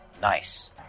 Nice